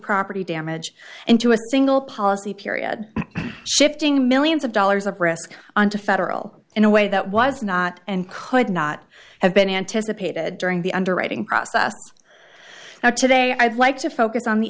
property damage into a single policy period shifting millions of dollars of risk on to federal in a way that was not and could not have been anticipated during the underwriting process now today i'd like to focus on the